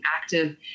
active